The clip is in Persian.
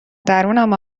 درونم